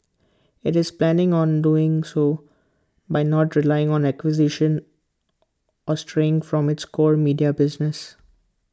IT is planning on doing so by not relying on acquisitions or straying from its core media business